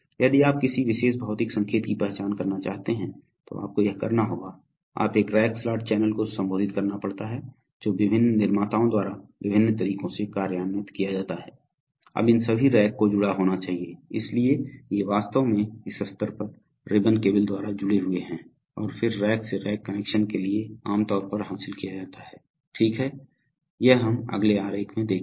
यदि आप किसी विशेष भौतिक संकेत की पहचान करना चाहते हैं तो आपको यह करना होगा आप एक रैक स्लॉट चैनल को संबोधित करना पड़ता है जो विभिन्न निर्माताओं द्वारा विभिन्न तरीकों से कार्यान्वित किया जाता है अब इन सभी रैक को जुड़ा होना चाहिए इसलिए ये वास्तव में इस स्तर पर रिबन केबल द्वारा जुड़े हुए हैं और फिर रैक से रैक कनेक्शन के लिए आम तौर पर हासिल किया जाता है ठीक है यह हम अगले आरेख में देखेंगे